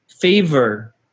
favor